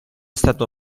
stato